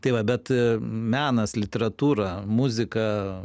tai va bet menas literatūra muzika